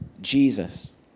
Jesus